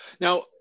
Now